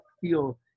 feel